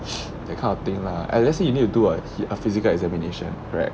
that kind of thing lah unless you need to do like a physical examination right